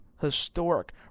historic